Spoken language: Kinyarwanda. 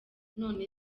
none